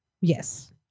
Yes